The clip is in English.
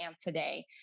today